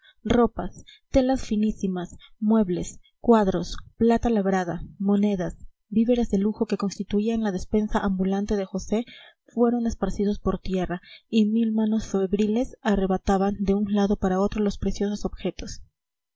ropas telas finísimas muebles cuadros plata labrada monedas víveres de lujo que constituían la despensa ambulante de josé fueron esparcidos por tierra y mil manos febriles arrebataban de un lado para otro los preciosos objetos